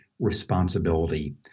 responsibility